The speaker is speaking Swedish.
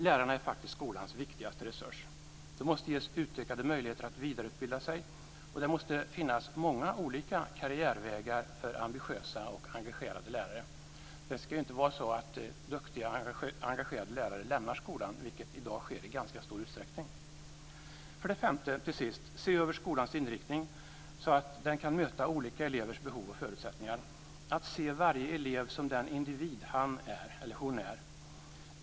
Lärarna är faktiskt skolans viktigaste resurs. De måste ges utökade möjligheter att vidareutbilda sig, och det måste finnas många olika karriärvägar för ambitiösa och engagerade lärare. Det ska inte vara så att duktiga engagerade lärare lämnar skolan, vilket i dag sker i ganska stor utsträckning. För det femte: Se över skolans inriktning, så att den kan möta olika elevers behov och förutsättningar. Man bör se varje elev som den individ han eller hon är.